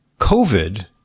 COVID